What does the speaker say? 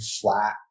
flat